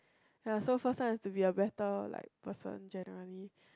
!aiya! so first one have to be a better like person generally